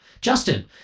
Justin